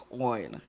oil